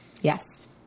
yes